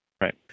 Right